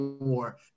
more